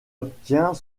obtient